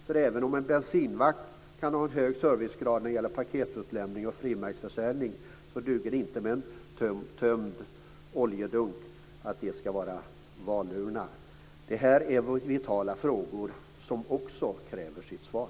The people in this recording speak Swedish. För även om en bensinmack kan ha en hög servicegrad när det gäller paketutlämning och frimärksförsäljning så duger det inte att en tömd oljedunk ska vara valurna. Det här är viktiga frågor som också kräver sitt svar.